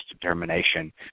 determination